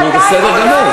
נו, בסדר גמור.